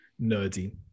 nerdy